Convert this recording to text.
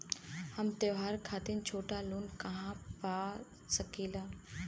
हम त्योहार खातिर छोटा लोन कहा पा सकिला?